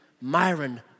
Myron